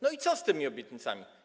No i co z tymi obietnicami?